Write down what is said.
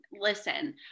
listen